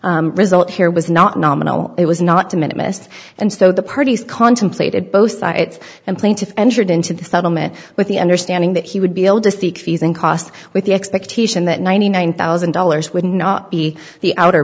result here was not nominal it was not to minute missed and so the parties contemplated both sides and plaintiff entered into the settlement with the understanding that he would be able to seek fees and costs with the expectation that ninety nine thousand dollars would not be the outer